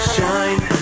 Shine